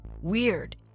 Weird